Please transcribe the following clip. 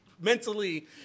mentally